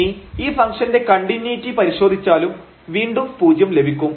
ഇനി ഈ ഫങ്ക്ഷന്റെ കണ്ടിന്യൂയിറ്റി പരിശോധിച്ചാലും വീണ്ടും പൂജ്യം ലഭിക്കും